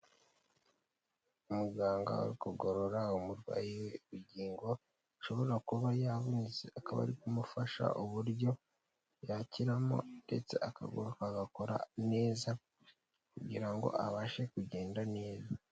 Umuganga uri kugorora umurwayi we urugingo , ashobora kuba yavunitse akaba ari kumufasha uburyo yakiramo ndetse akaguru kagakora neza kugira ngo abashe kugenda neza.